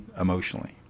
emotionally